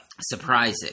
surprising